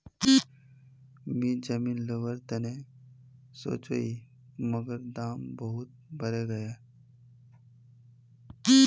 मी जमीन लोवर तने सोचौई मगर दाम बहुत बरेगये